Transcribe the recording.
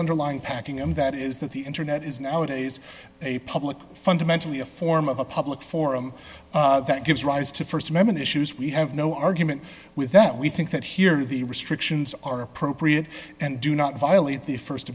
underlying packing and that is that the internet is nowadays a public fundamentally a form of a public forum that gives rise to st amendment issues we have no argument with that we think that here the restrictions are appropriate and do not violate the